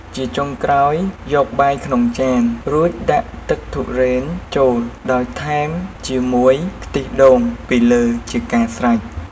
ជាចុងក្រោយ យកបាយក្នុងចានរួចដាក់ទឹកទុរេនចូល ដោយថែមជាមួយខ្ទិះដូងពីលើជាការស្រេច។